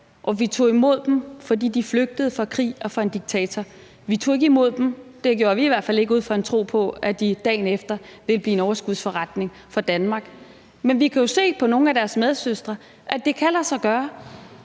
og vi tog imod dem, fordi de flygtede fra krig og fra en diktator. Vi tog ikke imod dem – det gjorde vi i hvert fald ikke – ud fra en tro på, at de dagen efter ville blive en overskudsforretning for Danmark. Men vi kan se på nogle af deres medsøstre, at det kan lade sig gøre,